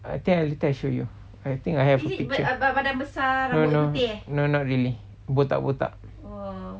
I think later I show you I think I have a picture no no not really botak botak